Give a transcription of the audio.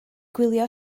gwylio